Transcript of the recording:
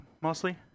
mostly